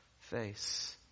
face